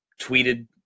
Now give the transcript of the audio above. tweeted